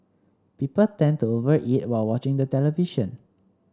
people tend to over eat while watching the television